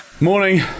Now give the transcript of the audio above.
Morning